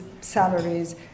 salaries